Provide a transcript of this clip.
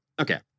Okay